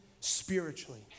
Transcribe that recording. spiritually